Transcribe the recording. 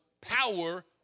power